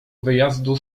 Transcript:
wyjazdu